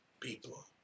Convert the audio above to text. people